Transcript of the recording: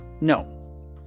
No